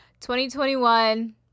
2021